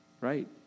right